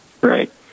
Right